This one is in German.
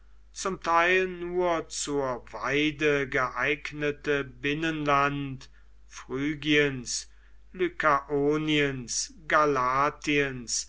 zum teil nur zur weide geeignete binnenland phrygiens lykaoniens